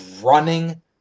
running